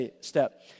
step